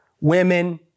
women